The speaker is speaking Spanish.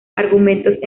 argumentos